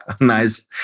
nice